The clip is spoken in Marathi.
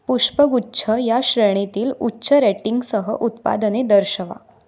पुष्पगुच्छ या श्रेणीतील उच्च रेटिंगसह उत्पादने दर्शवा